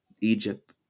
Egypt